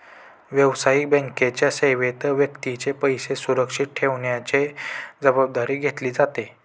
व्यावसायिक बँकेच्या सेवेत व्यक्तीचे पैसे सुरक्षित ठेवण्याची जबाबदारी घेतली जाते